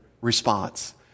response